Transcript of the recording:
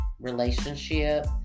relationship